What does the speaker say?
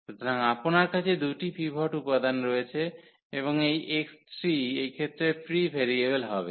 সুতরাং আপনার কাছে 2 টি পিভট উপাদান রয়েছে এবং এই x3 এই ক্ষেত্রে ফ্রি ভেরিয়েবল হবে